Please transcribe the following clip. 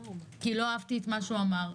כי לא אהבתי את מה שהוא אמר.